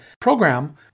program